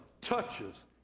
touches